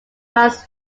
minds